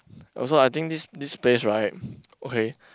also I think this this place right okay